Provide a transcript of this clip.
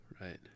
right